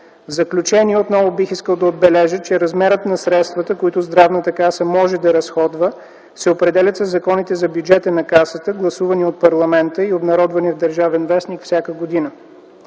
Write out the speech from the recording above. В заключение отново бих искал да отбележа, че размерът на средствата, които Здравната каса може да разходва, се определят със законите за бюджета на Касата, гласувани от парламента и обнародвани в „Държавен вестник” всяка година.